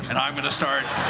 and i'm going to start.